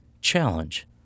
challenge